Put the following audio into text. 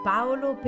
Paolo